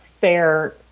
fair